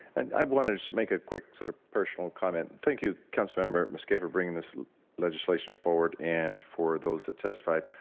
and i want to make a quick sort of personal comment. thank you council member for bringing this legislation forward and for those that testified.